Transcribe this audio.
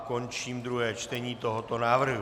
Končím druhé čtení tohoto návrhu.